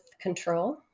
control